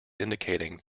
indicating